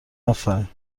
افرین